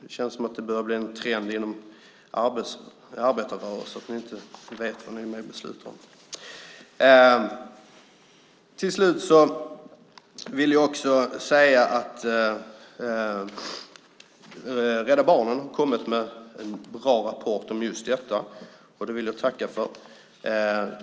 Det känns som om det börjar bli en trend inom arbetarrörelsen. Till slut vill jag också säga att Rädda Barnen har kommit med en bra rapport om just detta. Det vill jag tacka för.